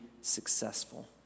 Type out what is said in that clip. successful